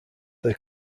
their